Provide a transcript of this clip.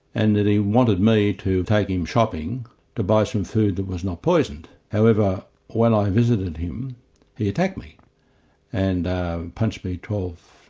and that he wanted me to take him shopping to buy some food that was not poisoned. however when i visited him he attacked me and punched me twelve,